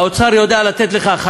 האוצר יודע לתת לך,